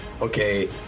okay